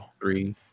three